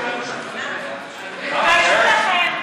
תתביישו לכם.